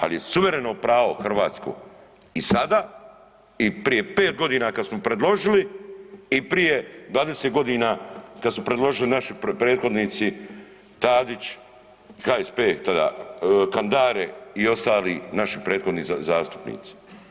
Al je suvereno pravo hrvatsko i sada i prije 5.g. kad smo predložili i prije 20.g. kad su predložili naši prethodnici Tadić, HSP tada Kandare i ostali naši prethodnici zastupnici.